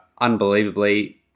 unbelievably